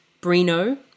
Brino